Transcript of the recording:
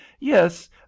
yes